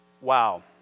wow